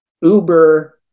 Uber